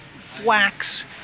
flax